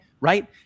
right